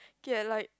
like